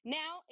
now